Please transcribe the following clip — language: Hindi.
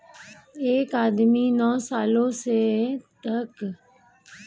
एक आदमी नौं सालों तक गुल्लक में पैसे जमा कर रहा था